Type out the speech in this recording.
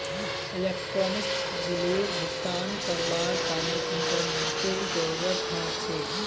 electronic बिलेर भुगतान करवार तने इंटरनेतेर जरूरत ह छेक